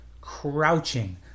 Crouching